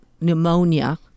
pneumonia